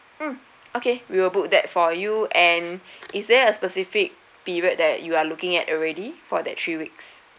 mm okay we'll book that for you and is there a specific period that you are looking at already for that three weeks